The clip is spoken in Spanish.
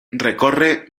recorre